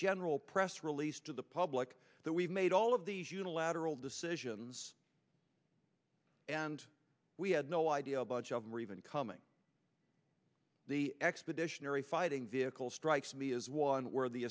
general press release to the public that we made all of these unilateral decisions and we had no idea a bunch of them are even coming the expeditionary fighting vehicle strikes me as one where the